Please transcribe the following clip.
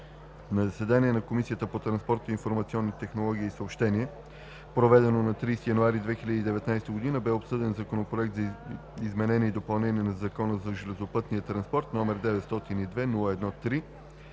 На заседание на Комисията по транспорт, информационни технологии и съобщения, проведено на 30 януари 2019 г., бе обсъден Законопроект за изменение и допълнение на Закона за железопътния транспорт, № 902-01-3,